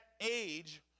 age